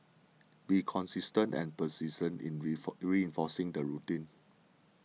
be consistent and persistent in reinforcing the routine